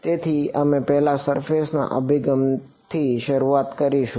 તેથી અમે પહેલા સરફેસ ના અભિગમથી શરૂઆત કરી શું